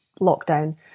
lockdown